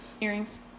Earrings